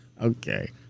Okay